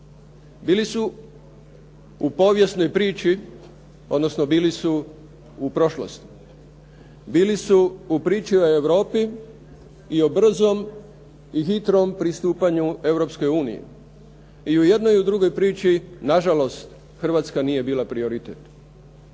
bili su u povijesnoj priči odnosno bili su u prošlosti. Bili su u priči o Europi i o brzom i hitrom pristupanju Europskoj uniji. I u jednoj i u drugoj priči nažalost Hrvatska nije bila prioritet.